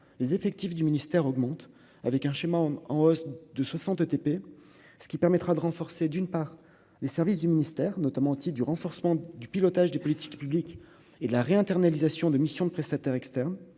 les effectifs du ministère augmente avec un schéma en hausse de 60 ETP, ce qui permettra de renforcer, d'une part, les services du ministère, notamment anti-du renforcement du pilotage des politiques publiques et la réinternalisation de mission de prestataires externes,